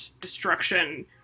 destruction